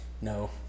No